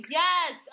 yes